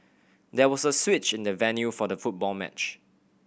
there was a switch in the venue for the football match